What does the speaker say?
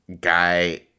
guy